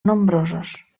nombrosos